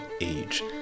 age